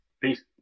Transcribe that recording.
peace